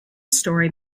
story